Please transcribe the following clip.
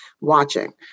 watching